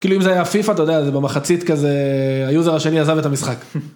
כאילו אם זה היה פיפ״א אתה יודע זה במחצית כזה היוזר השני עזב את המשחק.